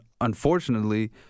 unfortunately